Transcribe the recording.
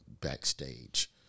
backstage